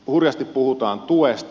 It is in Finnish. hurjasti puhutaan tuesta